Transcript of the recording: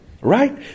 right